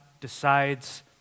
decides